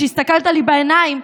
כשהסתכלת לי בעיניים,